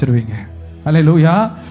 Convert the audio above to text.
Hallelujah